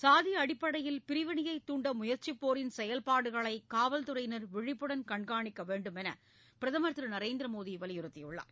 சாதி அடிப்படையில் பிரிவினையைத் தூண்ட முயற்சிப்போரின் செயல்பாடுகளை காவல் துறையினர் விழிப்புடன் கண்காணிக்க வேண்டும் என பிரதமர் திரு நரேந்திர மோடி வலியுறுத்தியுள்ளார்